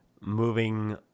moving